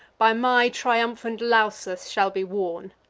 by my triumphant lausus shall be worn.